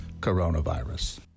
coronavirus